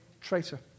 traitor